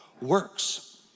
Works